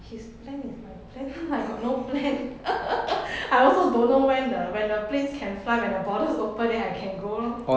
his plan is my plan lah I got no plan I also don't know when the when the planes can fly when the borders open then I can go lor